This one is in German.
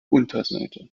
unterseite